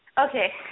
okay